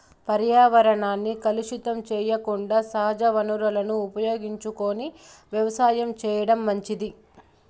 పర్యావరణాన్ని కలుషితం సెయ్యకుండా సహజ వనరులను ఉపయోగించుకొని వ్యవసాయం చేయటం మంచిది